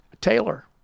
Taylor